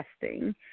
testing